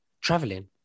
traveling